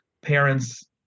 parents